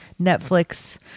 netflix